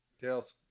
Tails